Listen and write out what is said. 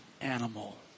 animal